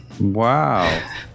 Wow